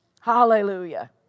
Hallelujah